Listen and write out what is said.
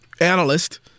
analyst